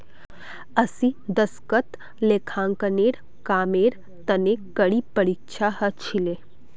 अस्सीर दशकत लेखांकनेर कामेर तने कड़ी परीक्षा ह छिले